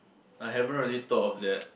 I haven't really thought of that